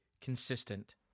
consistent